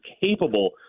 capable